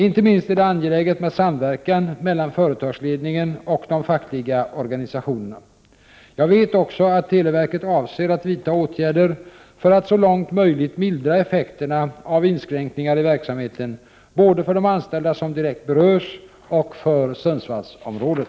Inte minst är det angeläget med samverkan mellan företagsledningen och de fackliga organisationerna. Jag vet också att televerket avser att vidta åtgärder för att så långt möjligt mildra effekterna av inskränkningar i verksamheten både för de anställda som direkt berörs och för Sundsvallsområdet.